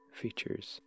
features